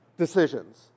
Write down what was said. decisions